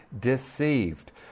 deceived